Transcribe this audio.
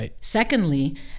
Secondly